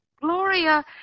Gloria